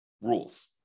rules